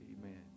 Amen